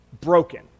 broken